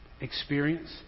experience